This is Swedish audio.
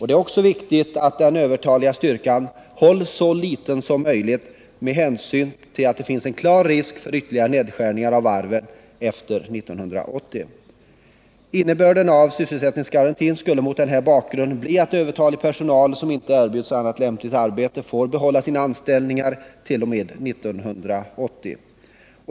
Det är också viktigt att den övertaliga styrkan hålls så liten som möjligt med hänsyn till att det finns en klar risk för ytterligare nedskärningar av varven efter 1980. Innebörden av sysselsättningsgarantin skulle mot den här bakgrunden bli att övertalig personal, som inte erbjuds annat lämpligt arbete, får behålla sina anställningar t.o.m. 1980.